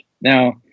Now